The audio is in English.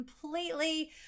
completely